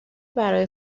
برای